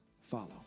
follow